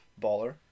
baller